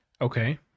okay